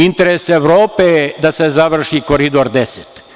Interes Evrope je da se završi Koridor 10.